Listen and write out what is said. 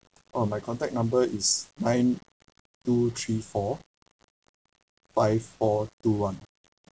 orh my contact number is nine two three four five four two one